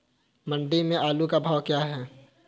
मंडी में आलू का भाव क्या है?